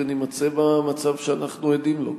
ונימצא במצב שאנחנו עדים לו.